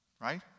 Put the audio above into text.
Right